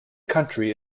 county